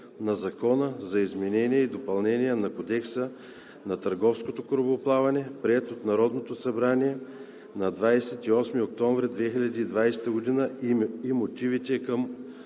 на Закона за изменение и допълнение на Кодекса на търговското корабоплаване, приет от Народното събрание на 28 октомври 2020 г., и мотивите към